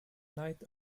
night